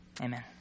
amen